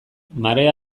marea